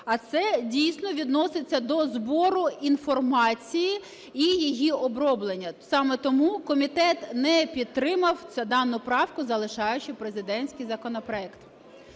а це дійсно відноситься до збору інформації і її оброблення. Саме тому комітет не підтримав дану правку, залишаючи президентський законопроект.